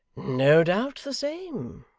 no doubt the same,